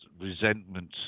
resentment